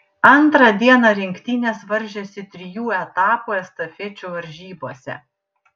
antrą dieną rinktinės varžėsi trijų etapų estafečių varžybose